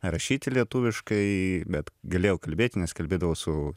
rašyti lietuviškai bet galėjau kalbėti nes kalbėdavau su